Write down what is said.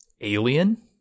alien